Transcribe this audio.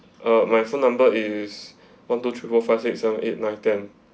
uh my phone number is one two three four five six seven eight nine ten